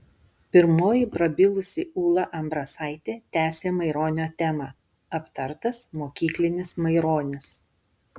pirmoji prabilusi ūla ambrasaitė tęsė maironio temą aptartas mokyklinis maironis